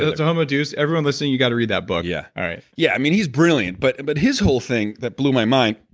so homo deus, everyone listening, you got to read that book yeah, i yeah i mean, he's brilliant, but and but his whole thing that blew my mind,